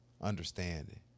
understanding